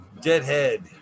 Deadhead